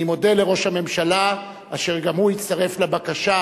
אני מודה לראש הממשלה אשר גם הוא הצטרף לבקשה